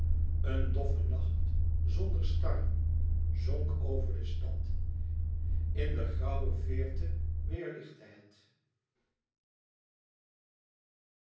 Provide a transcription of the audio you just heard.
een doffe nacht zonder starren zonk over de stad in de grauwe veerte weêrlichtte het